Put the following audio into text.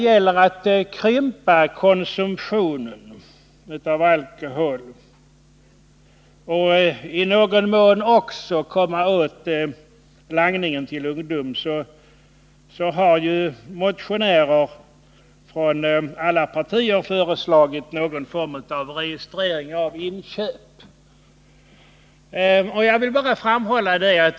För att krympa konsumtionen av alkohol och i någon mån också komma åt langningen till ungdom har motionärer från alla partier föreslagit någon form av registrering av inköpen.